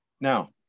Now